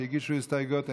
שהגישו הסתייגויות,